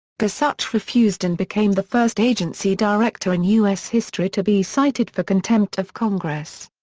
gorsuch refused and became the first agency director in u s. history to be cited for contempt of congress.